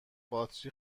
باتری